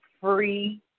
free